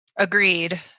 Agreed